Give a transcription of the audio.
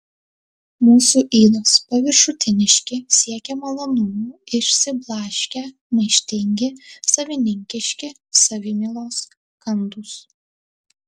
mūsų ydos paviršutiniški siekią malonumų išsiblaškę maištingi savininkiški savimylos kandūs